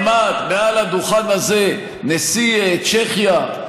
עמד מעל הדוכן הזה נשיא צ'כיה,